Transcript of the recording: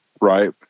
Right